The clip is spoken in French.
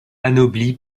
anobli